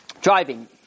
driving